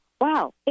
Wow